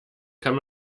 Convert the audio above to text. kann